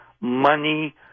money